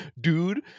Dude